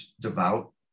devout